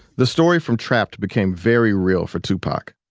the story from trapped became very real for tupac.